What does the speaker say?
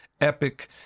epic